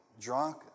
drunk